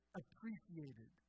appreciated